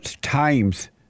Times